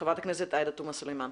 חברת הכנסת עאידה תומא סלימאן.